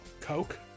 Coke